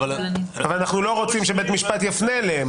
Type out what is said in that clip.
--- אבל אנחנו לא רוצים שבית המשפט יפנה אליהם.